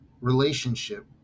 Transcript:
relationship